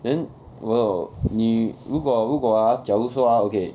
then !wow! 你如果如果 ah 假如说 ah okay